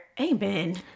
Amen